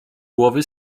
głowy